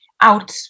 out